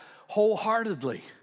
wholeheartedly